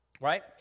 Right